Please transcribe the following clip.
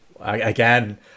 again